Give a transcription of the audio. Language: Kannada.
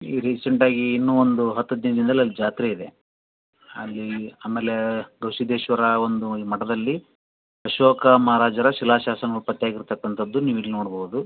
ಈಗ ರೀಸೆಂಟಾಗಿ ಇನ್ನೂ ಒಂದು ಹತ್ತು ಹದಿನೈದು ದಿನ್ದಲ್ಲಿ ಅಲ್ಲಿ ಜಾತ್ರೆ ಇದೆ ಹಾಗೇ ಆಮೇಲೆ ಗವಿ ಸಿದ್ದೇಶ್ವರ ಒಂದು ಒಂದು ಮಠದಲ್ಲಿ ಅಶೋಕ ಮಹಾರಾಜರ ಶಿಲಾಶಾಸನವು ಪತ್ತೆಯಾಗಿರತಕ್ಕಂಥದ್ದು ನೀವು ಇಲ್ಲಿ ನೋಡ್ಬೋದು